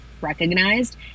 recognized